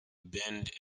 band